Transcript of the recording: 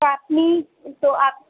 আপনি তো